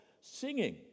singing